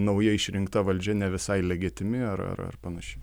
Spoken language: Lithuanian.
nauja išrinkta valdžia ne visai legitimi ar ar ar panašiai